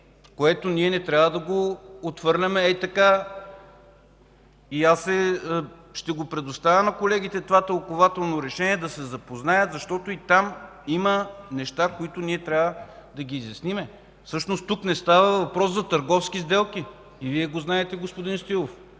което ние не трябва да отхвърляме хей така. Ще предоставя на колегите това тълкувателно решение – да се запознаят, защото там има неща, които ние трябва да изясним. Всъщност тук не става въпрос за търговски сделки – и Вие го знаете, господин Стоилов,